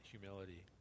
humility